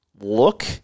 look